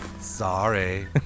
Sorry